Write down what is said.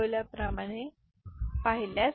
पुढे आपण या विशिष्ट संचाची पुन्हा वजाबाकी करा उजवी